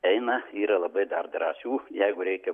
eina yra labai dar drąsių jeigu reikia